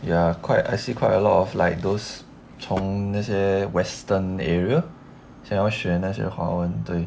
ya quite I see quite a lot of like those 从那些 western area 想要学那些华文对